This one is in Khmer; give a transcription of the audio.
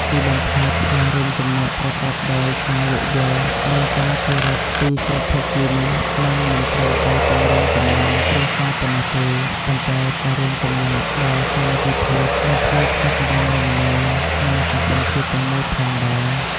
ទីបំផុត ការរួមចំណែកប្រកបដោយការយោគយល់ និងការគោរពពីគ្រប់ភាគីនេះ នឹងមិនត្រឹមតែពង្រឹងចំណងគ្រួសារប៉ុណ្ណោះទេ ប៉ុន្តែក៏រួមចំណែកដល់ សាមគ្គីភាព និងភាពសុខដុមរមនា ក្នុងសង្គមជាតិទាំងមូលផងដែរ។